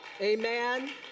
amen